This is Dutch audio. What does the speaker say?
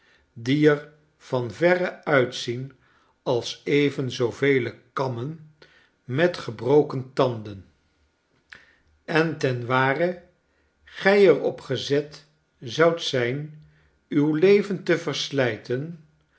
er van verre uitzien als even zooveel kammen met gebroken tanden en ten ware gij er op gezet zoudt zijn uw leven te verslijten